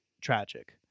tragic